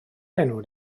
enw